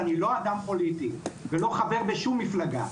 אני לא אדם פוליטי ולא חבר בשום מפלגה,